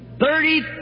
Thirty